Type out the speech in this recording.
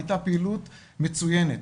הייתה פעילות מצוינת.